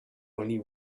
only